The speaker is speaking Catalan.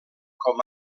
com